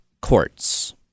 courts